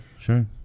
sure